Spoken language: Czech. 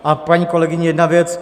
A paní kolegyně, jedna věc.